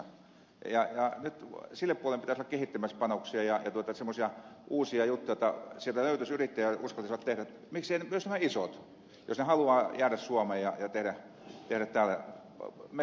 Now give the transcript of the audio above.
sille puolen pitäisi olla kehittämässä panoksia ja semmoisia uusia juttuja jotta sieltä löytyisi yrittäjiä jotka uskaltaisivat tehdä mekaanista tuotantoa ja miksei siinä voisi olla mukana myös nämä isot jos ne haluavat jäädä suomeen ja tehdä täällä mekaanista tuotantoa